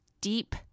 deep